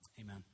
Amen